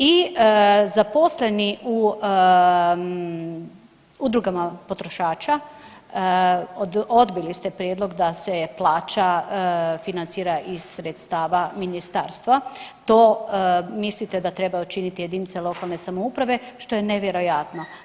I zaposleni u udrugama potrošača odbili ste prijedlog da se plaća financira iz sredstava ministarstva, to mislite da trebaju činiti jedinice lokalne samouprave što je nevjerojatno.